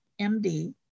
MD